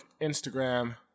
Instagram